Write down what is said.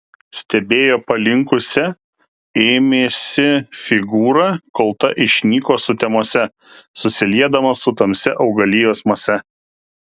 stebėjo palinkusią ėmėsi figūrą kol ta išnyko sutemose susiliedama su tamsia augalijos mase